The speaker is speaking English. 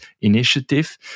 initiative